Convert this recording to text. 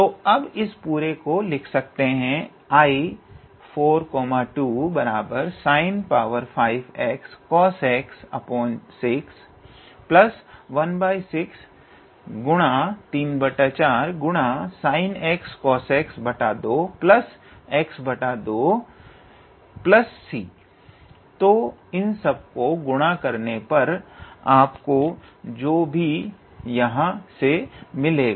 तो अब इस पूरे को लिखा जा सकता है I42sin5xcosx61634sinxcosx2x2c तो इन सबको गुणा करनेपर आपको जो भी यहाँ से मिले